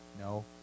No